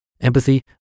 Empathy